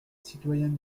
citoyens